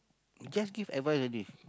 just give advice only